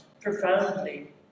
profoundly